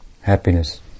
happiness